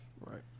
right